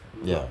ya